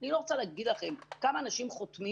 אני לא רוצה להגיד לכם כמה אנשים חותמים